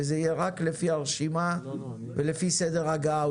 וזה יהיה רק לפי הרשימה ולפי סדר הגעה,